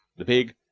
the big,